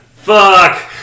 Fuck